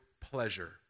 pleasure